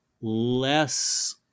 less